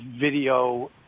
video